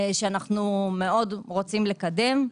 שאנו מאוד רוצים לקדם,